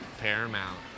Paramount